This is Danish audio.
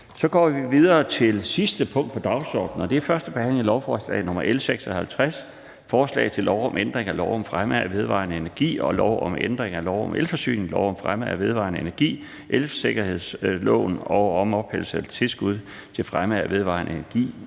vedtaget. --- Det sidste punkt på dagsordenen er: 9) 1. behandling af lovforslag nr. L 56: Forslag til lov om ændring af lov om fremme af vedvarende energi og lov om ændring af lov om elforsyning, lov om fremme af vedvarende energi og elsikkerhedsloven og om ophævelse af lov om tilskud til fremme af vedvarende energi